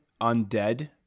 Undead